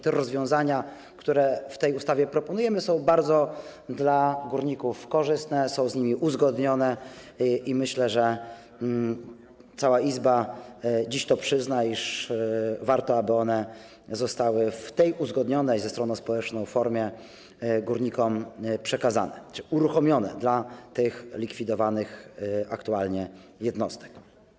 Te rozwiązania, które w tej ustawie proponujemy, są dla górników bardzo korzystne, są z nimi uzgodnione i myślę, że cała Izba dziś przyzna, iż warto, aby one zostały w tej uzgodnionej ze stroną społeczną formie górnikom przekazane czy uruchomione dla likwidowanych aktualnie jednostek.